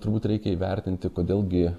turbūt reikia įvertinti kodėl gi